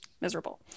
miserable